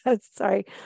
Sorry